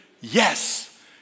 Yes